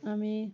আমি